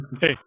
Hey